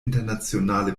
internationale